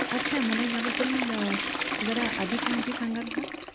अच्छा मला ह्याबद्दल जरा अधिक माहिती सांगाल का